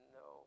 no